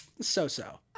So-so